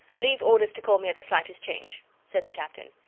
leave orders to call me at the slightest change, said the captain.